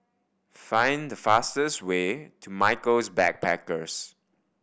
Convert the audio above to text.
find the fastest way to Michaels Backpackers